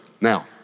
Now